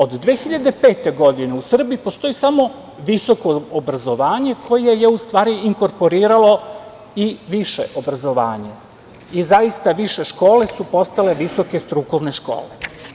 Od 2005. godine u Srbiji postoji samo visoko obrazovanje koje je u stvari inkorporiralo i više obrazovanje i zaista više škole su postale visoke strukovne škole.